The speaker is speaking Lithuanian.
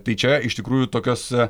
tai čia iš tikrųjų tokios